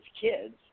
kids